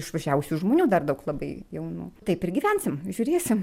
išvažiavusių žmonių dar daug labai jaunų taip ir gyvensim žiūrėsim